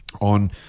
on